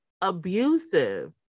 abusive